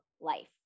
life